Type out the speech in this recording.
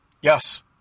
Yes